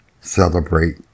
celebrate